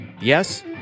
Yes